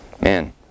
Man